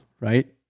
right